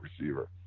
receiver